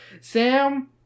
Sam